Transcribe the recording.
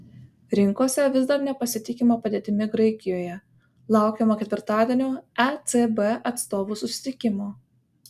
rinkose vis dar nepasitikima padėtimi graikijoje laukiama ketvirtadienio ecb atstovų susitikimo